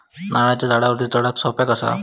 नारळाच्या झाडावरती चडाक सोप्या कसा?